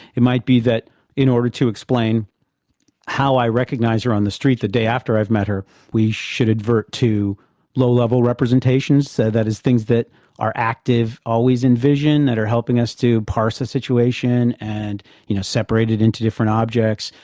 it might be that in order to explain how i recognise her on the street the day after i've met her we should advert to low-level representations, so that is, things that are active always in vision that are helping us to parse the situation and you know, separate it into different objects.